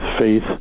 faith